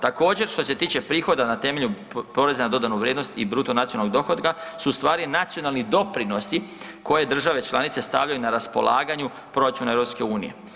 Također, što se tiče prihoda na temelju poreza na dodanu vrijednost i bruto nacionalnog dohotka su ustvari nacionalni doprinosi koje države članice stavljaju na raspolaganju proračunu EU.